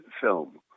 film